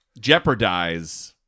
jeopardize